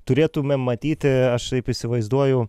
turėtumėm matyti aš taip įsivaizduoju